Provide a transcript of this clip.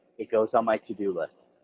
it goes on my to do list.